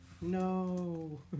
No